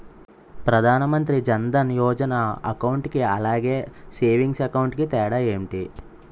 Pradhan Mantri Jan Dhan Yojana account కి అలాగే savings account కి తేడా ఏంటి?